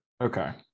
Okay